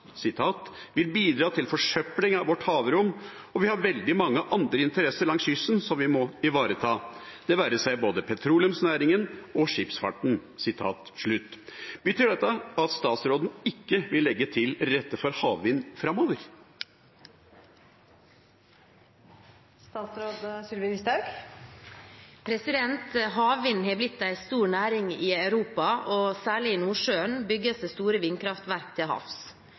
bidra til forsøpling av vårt havrom og vi har veldig mange andre interesser langs kysten som vi må ivareta, det være seg både petroleumsnæringen og skipsfarten». Betyr dette at statsråden ikke vil legge til rette for havvind fremover?» Havvind har blitt en stor næring i Europa, og særlig i Nordsjøen bygges det store vindkraftverk til havs.